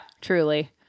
Truly